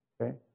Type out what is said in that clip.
okay